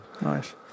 nice